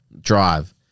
drive